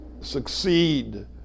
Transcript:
succeed